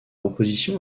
opposition